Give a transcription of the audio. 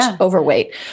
overweight